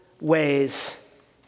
ways